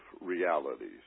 realities